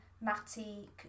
Matty